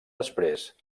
després